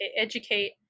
educate